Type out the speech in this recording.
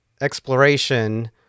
exploration